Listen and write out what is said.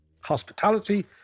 Hospitality